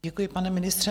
Děkuji, pane ministře.